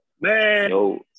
man